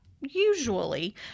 usually